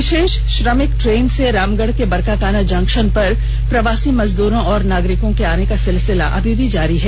विशेष श्रमिक ट्रेन से रामगढ के बरकाकाना जंक्शन पर प्रवासी मजदरों और नागरिकों के आने का सिलसिला अभी भी जारी है